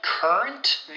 Current